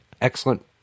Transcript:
excellent